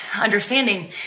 understanding